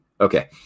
Okay